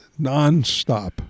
nonstop